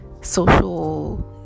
social